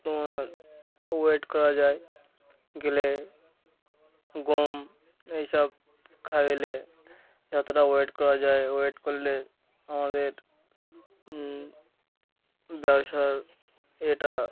তোমার ওয়েট করা যায় গেলে গম এই সব খাওয়ালে যতটা ওয়েট করা যায় ওয়েট করলে আমাদের ব্যবসার এটা